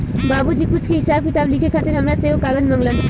बाबुजी कुछ के हिसाब किताब लिखे खातिर हामरा से एगो कागज मंगलन